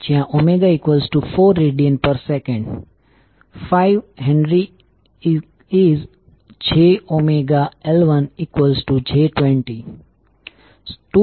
આપણા circuit analysis માટે આપણે સામાન્ય રીતે ડોટ કન્વેન્શન નો ઉપયોગ કરીએ છીએ